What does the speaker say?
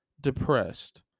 depressed